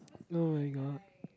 oh-my-god